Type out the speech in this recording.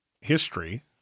history